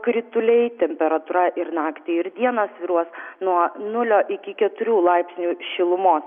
krituliai temperatūra ir naktį ir dieną svyruos nuo nulio iki keturių laipsnių šilumos